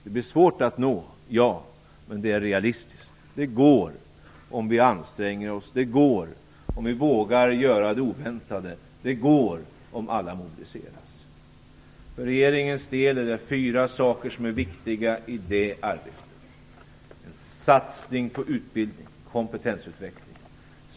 Det blir svårt att nå, ja, men det är realistiskt. Det går om vi anstränger oss. Det går om vi vågar att göra det oväntade. Det går om alla mobiliseras. För regeringens del är det fyra saker som är viktiga i det arbetet. Den första är en satsning på utbildning och kompetensutveckling.